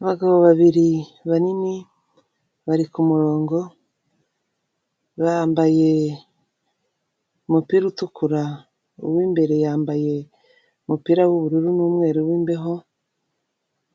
Abagabo babiri banini, bari kumurongo bambaye umupira utukura, uw'imbere yambaye umupira w'ubururu n'umweru w'imbeho,